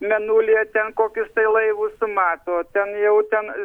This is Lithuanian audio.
mėnulyje ten kokius tai laivus mato ten jau ten